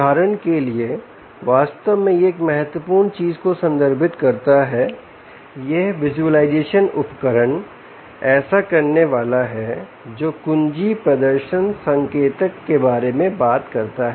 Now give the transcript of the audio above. उदाहरण के लिए वास्तव में यह एक महत्वपूर्ण चीज़ को संदर्भित करता है यह विज़ुअलाइज़ेशन उपकरण ऐसा करने वाला है जो कुंजी प्रदर्शन संकेतक के बारे में बात करता है